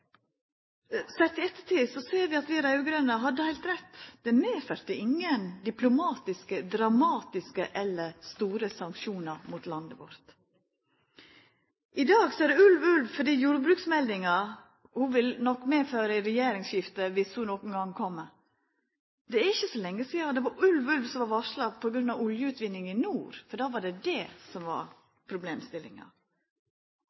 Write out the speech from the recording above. Sett i ettertid ser vi jo at vi raud-grøne hadde heilt rett. Det medførte ingen diplomatiske, dramatiske eller store sanksjonar mot landet vårt. I dag vert det ropt «ulv, ulv» fordi jordbruksmeldinga nok vil medføra regjeringsskifte om ho nokon gong kjem. Det er ikkje så lenge sidan ein varsla «ulv, ulv» på grunn av oljeutvinning i nord, for då var det det som var